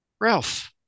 Ralph